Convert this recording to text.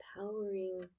empowering